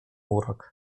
urok